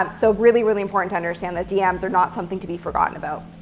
um so really, really important to understand that dms are not something to be forgotten about.